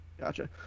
gotcha